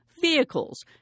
vehicles